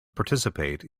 participate